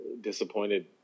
disappointed